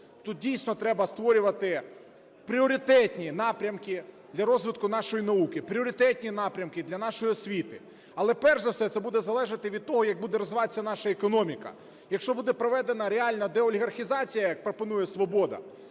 Тут дійсно треба створювати пріоритетні напрямки для розвитку нашої науки, пріоритетні напрямки для нашої освіти. Але перш за все це буде залежати від того, як буде розвиватися наша економіка. Якщо буде проведена реальне деолігархізація, як пропонує "Свобода",